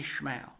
ishmael